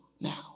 now